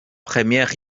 premiers